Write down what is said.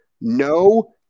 no